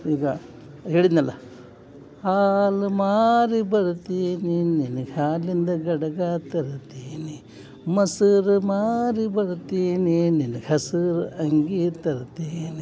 ಈಗ ಹೇಳಿದೆನಲ್ಲ ಹಾಲು ಮಾರಿ ಬರುತ್ತೀನಿ ನಿನ್ಗೆ ಹಾಲಿಂದು ಗಡಗ ತರುತ್ತೀನಿ ಮೊಸರ್ ಮಾರಿ ಬರ್ತೀನಿ ನಿನ್ಗೆ ಹಸುರು ಅಂಗಿ ತರ್ತೀನಿ